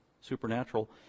supernatural